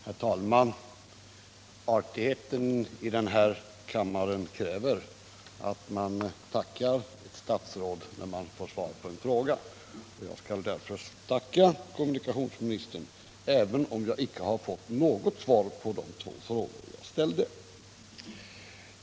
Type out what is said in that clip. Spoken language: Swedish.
Herr talman! Artigheten i den här kammaren bjuder att man tackar ett statsråd när man får svar på en fråga. Jag skall därför tacka kommunikationsministern, även om jag icke har fått något svar på de två frågor jag ställde.